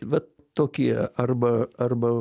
vat tokie arba arba